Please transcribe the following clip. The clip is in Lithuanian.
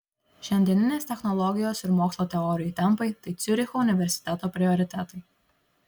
šiandieninės technologijos ir mokslo teorijų tempai tai ciuricho universiteto prioritetai